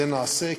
זה נעשה.